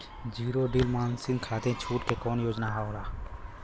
Zero डील मासिन खाती छूट के कवन योजना होला?